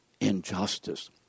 injustice